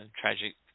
tragic